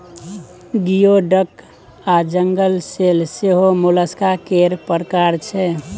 गियो डक आ जंगल सेल सेहो मोलस्का केर प्रकार छै